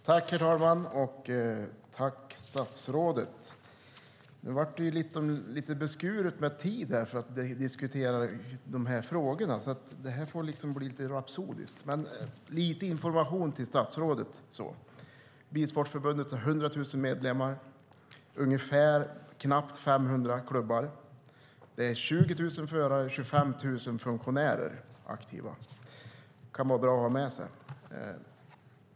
Herr talman! Jag tackar statsrådet. Nu blev det lite beskuret med tid för att diskutera frågorna, så detta får bli en aning rapsodiskt. Jag har lite information till statsrådet: Bilsportförbundet har 100 000 medlemmar och knappt 500 klubbar. Det är 20 000 förare och 25 000 funktionärer som är aktiva. Det kan vara bra att ha med sig.